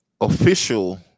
official